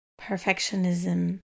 perfectionism